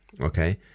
okay